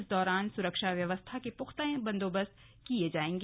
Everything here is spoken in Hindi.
इस दौरान सुरक्षा व्यवस्था के पुख्ता बंदोबस्त किये जाएंगे